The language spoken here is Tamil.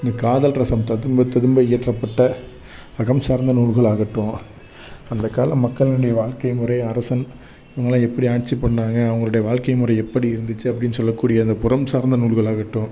இந்த காதல் ரசம் ததும்ப ததும்ப இயற்றப்பட்ட அகம் சார்ந்த நூல்களாகட்டும் அந்த கால மக்களினுடைய வாழ்க்கை முறை அரசன் இவங்கள்லாம் எப்படி ஆட்சி பண்ணாங்க அவங்களுடைய வாழ்க்கை முறை எப்படி இருந்துச்சு அப்படின்னு சொல்லக்கூடிய அந்த புறம் சார்ந்த நூல்களாகட்டும்